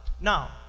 Now